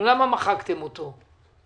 למה מחקתם אותו?